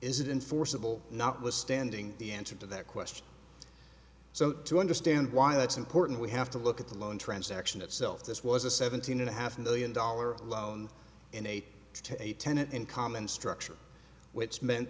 is it in forcible notwithstanding the answer to that question so to understand why that's important we have to look at the loan transaction itself this was a seventeen and a half million dollar loan in eight days to a tenant in common structure which meant